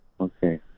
Okay